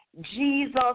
Jesus